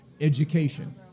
education